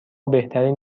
بهترین